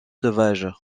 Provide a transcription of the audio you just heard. sauvage